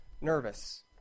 nervous